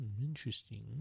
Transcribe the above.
Interesting